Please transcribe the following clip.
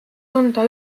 tunda